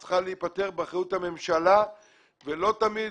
היא צריכה להיפתר באחריות הממשלה ולא תמיד